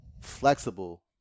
flexible